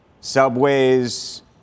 subways